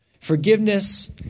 Forgiveness